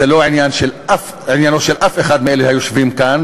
זה לא עניינו של אף אחד מאלה היושבים כאן.